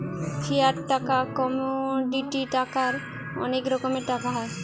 fiat টাকা, commodity টাকার অনেক রকমের টাকা হয়